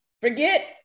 forget